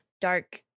dark